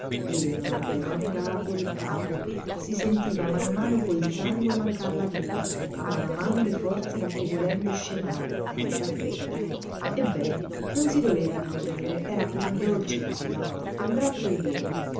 eleonora però negava col capo si sentiva a mano a mano col sangue mancar la vita a mano a mano le forze raffievolendo scemare era già fredda ebbene non si doleva di morire era pur dolce così la morte un gran sollievo